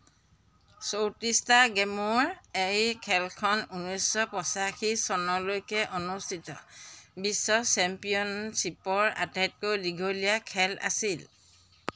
চৌত্ৰিছটা গে'মৰ এই খেলখন ঊনৈছশ পঁচাশী চনলৈকে অনুষ্ঠিত বিশ্ব চেম্পিয়নশ্বিপৰ আটাইতকৈ দীঘলীয়া খেল আছিল